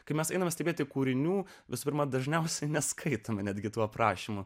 kai mes einame stebėti kūrinių visų pirma dažniausiai neskaitoma netgi tų aprašymų